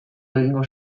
egingo